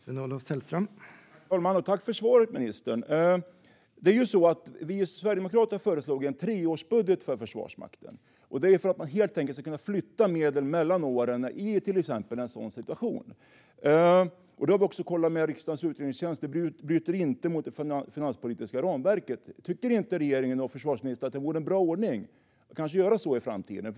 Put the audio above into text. Herr talman! Tack för svaret, ministern! Vi i Sverigedemokraterna föreslog en treårsbudget för Försvarsmakten, helt enkelt för att man ska kunna flytta medel mellan åren i till exempel en sådan här situation. Vi har kollat med riksdagens utredningstjänst, och detta bryter inte mot det finanspolitiska ramverket. Tycker inte regeringen och försvarsministern att det vore en bra ordning att göra så i framtiden?